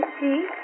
see